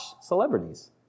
celebrities